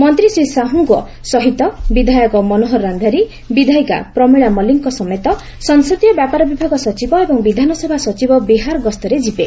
ମନ୍ତୀ ଶ୍ରୀ ସାହୁଙ୍କ ସହିତ ବିଧାୟକ ମନୋହର ରକ୍ଷାରୀ ବିଧାୟିକା ପ୍ରମିଳା ମଲ୍କିକଙ୍କ ସମେତ ସଂସଦୀୟ ବ୍ୟାପାର ବିଭାଗ ସଚିବ ଏବଂ ବିଧାନସଭା ସଚିବ ବିହାର ଗସ୍ତରେ ଯିବେ